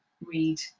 read